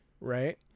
right